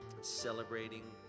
celebrating